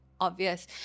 obvious